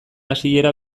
hasiera